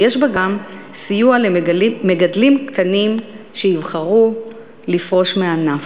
ויש בה גם סיוע למגדלים קטנים שיבחרו לפרוש מהענף.